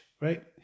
right